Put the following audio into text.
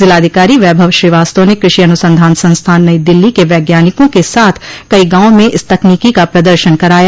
जिलाधिकारी वैभव श्रीवास्तव ने कृषि अनुसंधान संस्थान नई दिल्ली के वैज्ञानिकों के साथ कई गांवों में इस तकनीकी का प्रदर्शन कराया